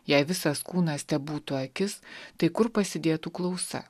jei visas kūnas tebūtų akis tai kur pasidėtų klausa